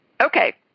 Okay